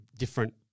different